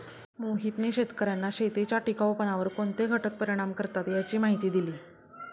मोहितने शेतकर्यांना शेतीच्या टिकाऊपणावर कोणते घटक परिणाम करतात याची माहिती दिली